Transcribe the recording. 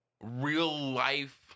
real-life